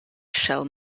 shall